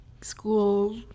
school